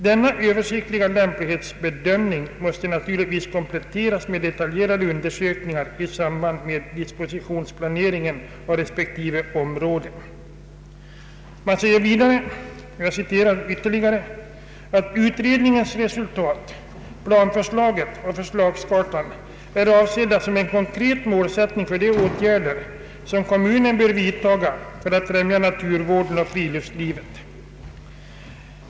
Denna översiktliga lämplighetsbedömning måste naturligtvis kompletteras med detaljerade undersökningar i samband med dispositionsplaneringen av respektive område.” Man säger vidare: ”Utredningens resultat, planförslaget och förslagskartan är avsedda som en konkret målsättning för de åtgärder, som kommunen bör vidtaga för att främja naturvården och friluftslivet.